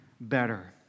better